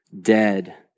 dead